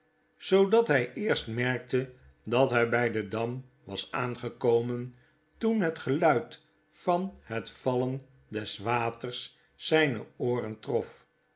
zoodat hij eerst merkte dat hy by den dam was aangekomen toen het geluid van het vallen des waters zyne ooren trof